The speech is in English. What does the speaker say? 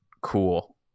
cool